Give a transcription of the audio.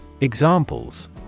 Examples